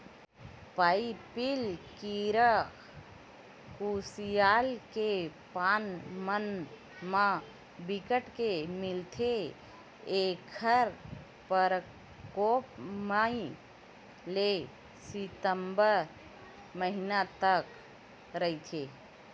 पाइपिला कीरा कुसियार के पाना मन म बिकट के मिलथे ऐखर परकोप मई ले सितंबर महिना तक रहिथे